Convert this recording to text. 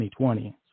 2020